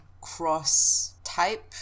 cross-type